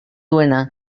duena